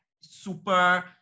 super